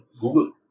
Google